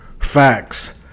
facts